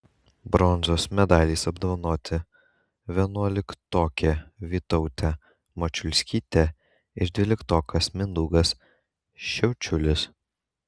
bronzos medaliais apdovanoti vienuoliktokė vytautė mačiulskytė ir dvyliktokas mindaugas šiaučiulis